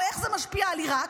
או איך זה משפיע על עיראק,